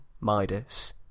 Midas